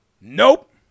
Nope